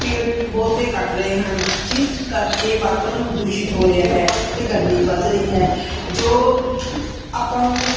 ਪੇੜ ਬਹੁਤ ਕੱਟ ਰਹੇ ਹਨ ਜਿਸ ਕਰਕੇ ਵਾਤਾਵਰਨ ਪ੍ਰਦੂਸ਼ਿਤ ਹੋ ਰਿਹਾ ਹੈ ਅਤੇ ਗਰਮੀ ਵੱਧ ਰਹੀ ਹੈ ਜੋ ਆਪਾਂ ਨੂੰ